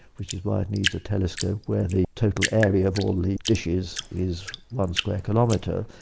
which is why it needs a telescope where the total area of all the dishes is one square kilometre,